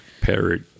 parrot